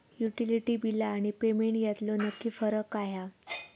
Utility बिला आणि payment यातलो नक्की फरक काय हा?